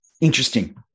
Interesting